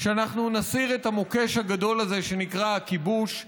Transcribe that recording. שאנחנו נסיר את המוקש הגדול הזה שנקרא הכיבוש,